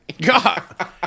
God